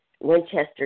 Winchester